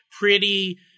pretty-